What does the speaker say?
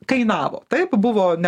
kainavo taip buvo ne